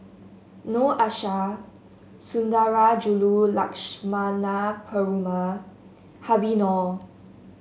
Noor Aishah Sundarajulu Lakshmana Perumal Habib Noh